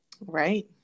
Right